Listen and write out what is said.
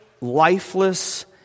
lifeless